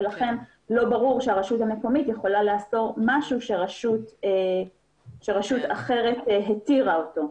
ולכן לא ברור שהרשות המקומית יכולה לאסור משהו שרשות אחרת התירה אותו.